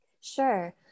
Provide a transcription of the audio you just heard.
Sure